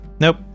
Nope